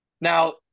Now